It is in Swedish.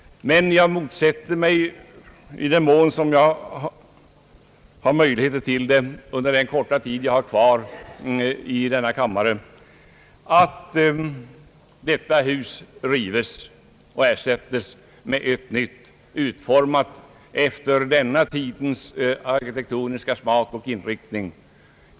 Men jag motsätter mig — i den mån jag har möjligheter till det under den korta tid jag har kvar i denna kammare — att riksdagshuset rives och ersättes med ett nytt, utformat efter vår tids arkitektoniska smak och inriktning.